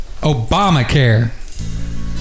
Obamacare